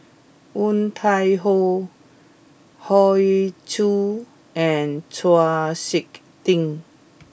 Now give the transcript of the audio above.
Woon Tai Ho Hoey Choo and Chau Sik Ting